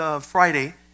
Friday